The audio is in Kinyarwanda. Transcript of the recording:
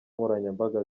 nkoranyambaga